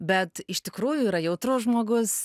bet iš tikrųjų yra jautrus žmogus